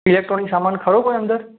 electronic સામાન ખરો કોઈ અંદર